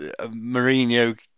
Mourinho